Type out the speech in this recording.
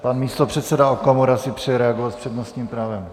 Pan místopředseda Okamura si přeje reagovat s přednostním právem.